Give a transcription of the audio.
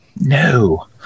no